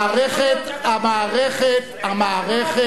יכול להיות שאתה חוזה רעידת